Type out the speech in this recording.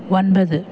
ஒன்பது